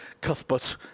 Cuthbert